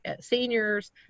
seniors